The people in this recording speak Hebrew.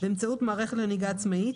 באמצעות מערכת לנהיגה עצמאית,